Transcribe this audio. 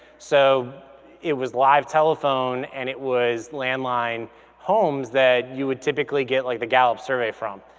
so it was live telephone and it was landline homes that you would typically get like the gallup survey from.